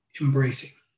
embracing